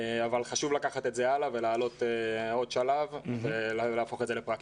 חשוב לקחת את זה הלאה ולעלות עוד שלב ולהפוך את זה לפרקטיקה.